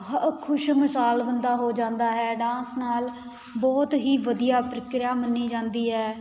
ਹ ਖੁਸ਼ ਮਿਸਾਜ ਬੰਦਾ ਹੋ ਜਾਂਦਾ ਹੈ ਡਾਂਸ ਨਾਲ ਬਹੁਤ ਹੀ ਵਧੀਆ ਪ੍ਰਕਿਰਿਆ ਮੰਨੀ ਜਾਂਦੀ ਹੈ